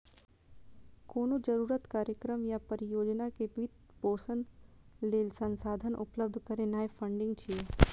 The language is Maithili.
कोनो जरूरत, कार्यक्रम या परियोजना के वित्त पोषण लेल संसाधन उपलब्ध करेनाय फंडिंग छियै